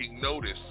notice